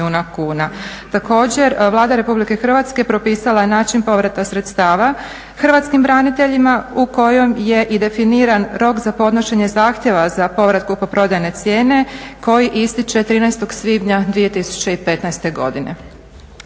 Također, Vlada Republike Hrvatske propisala je način povrata sredstava Hrvatskim braniteljima u kojem je i definiran rok za podnošenje zahtjeva za povrat kupoprodajne cijene koji ističe 13. svibnja 2015. godine.